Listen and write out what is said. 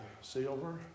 silver